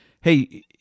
hey